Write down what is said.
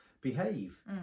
behave